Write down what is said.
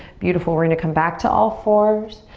beautiful, we're going to come back to all fours.